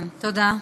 תודה.